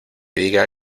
diga